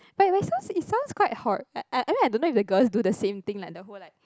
but but is sound quite hard I I I mean I don't know if the girl do the same thing like the whole like